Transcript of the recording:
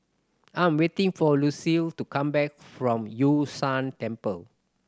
I am waiting for Lucile to come back from Yun Shan Temple